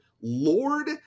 lord